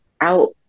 out